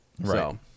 Right